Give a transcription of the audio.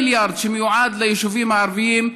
שמיועד לתושבים הערביים,